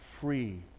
free